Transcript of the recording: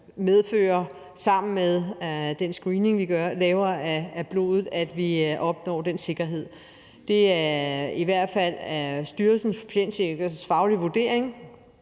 sammen med den screening, man laver af blodet, opnår den sikkerhed. Det er i hvert fald Styrelsen for Patientsikkerheds faglige vurdering,